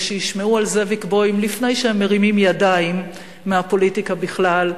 ושישמעו על זאביק בוים לפני שהם מרימים ידיים מהפוליטיקה בכלל,